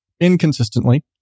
inconsistently